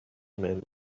man